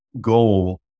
goal